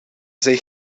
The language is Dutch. zijn